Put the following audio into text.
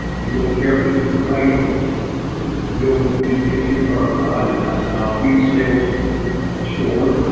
if you look carefully to the right there's there's a building that used to be a three car garage, and that's ah a meat sales store.